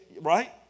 Right